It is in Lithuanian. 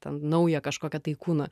ten naują kažkokią tai kūną